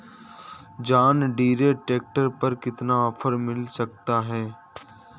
John Deere tractor पर कितना offer मिल सकता है?